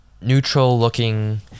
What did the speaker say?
neutral-looking